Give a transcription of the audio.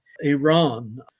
Iran